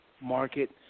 market